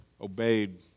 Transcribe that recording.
obeyed